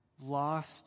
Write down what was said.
lost